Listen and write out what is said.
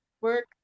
work